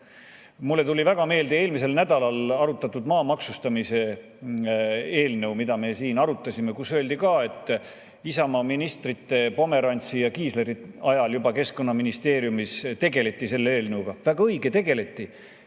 Mulle tuli meelde eelmisel nädalal arutatud maa maksustamise eelnõu, mida me siin arutasime, kui öeldi ka, et juba Isamaa ministrite Pomerantsi ja Kiisleri ajal Keskkonnaministeeriumis tegeleti selle eelnõuga. Väga õige, tegeleti.